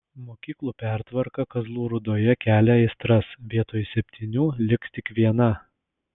mokyklų pertvarka kazlų rūdoje kelia aistras vietoj septynių liks tik viena